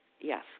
yes